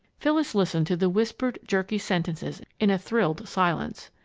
phyllis listened to the whispered, jerky sentences in a thrilled silence.